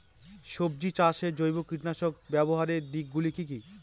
সবজি চাষে জৈব কীটনাশক ব্যাবহারের দিক গুলি কি কী?